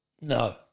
No